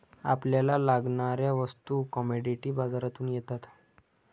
आपल्याला लागणाऱ्या वस्तू कमॉडिटी बाजारातून येतात